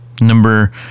Number